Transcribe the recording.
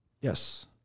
Yes